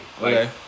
Okay